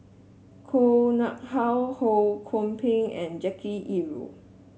Koh Nguang How Ho Kwon Ping and Jackie Yi Ru